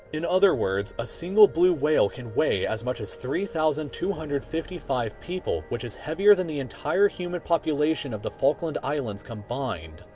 in other words a single blue whale can weigh as much as three thousand two hundred and fifty five people, which is heavier than the entire human population of the falkland islands combined,